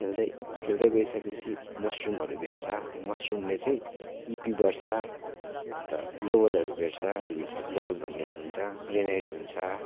खेल्दै खेल्दै गइसके पछि मस्रुमहरू भेट्छ त्यो मस्रुमले चाहिँ इपी बढ्छ अन्त ग्लोवालहरू भेट्छ त्यो भित्र ग्लोवाल भन्ने हुन्छ ग्रेनेड हुन्छ